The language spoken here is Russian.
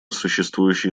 существующие